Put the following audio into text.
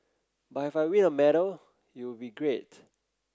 but if I win a medal it will be great